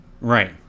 Right